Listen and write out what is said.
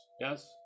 Yes